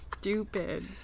Stupid